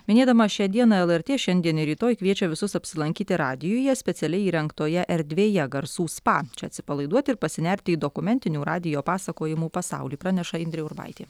minėdama šią dieną lrt šiandien ir rytoj kviečia visus apsilankyti radijuje specialiai įrengtoje erdvėje garsų spa čia atsipalaiduoti ir pasinerti į dokumentinių radijo pasakojimų pasaulį praneša indrė urbaitė